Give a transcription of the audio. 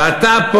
ואתה,